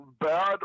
bad